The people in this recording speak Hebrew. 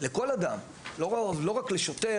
לא רק לשוטר,